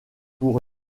pour